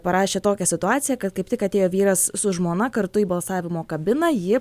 parašė tokią situaciją kad kaip tik atėjo vyras su žmona kartu į balsavimo kabiną ji